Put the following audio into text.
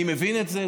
אני מבין את זה.